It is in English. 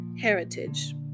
heritage